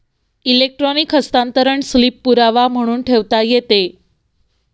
electronic हस्तांतरण slip पुरावा म्हणून ठेवता येते